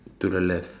to the left